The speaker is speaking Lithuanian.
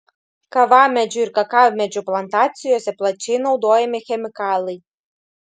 kavamedžių ir kakavmedžių plantacijose plačiai naudojami chemikalai